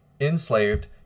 enslaved